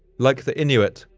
like the inuit,